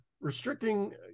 restricting